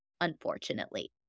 unfortunately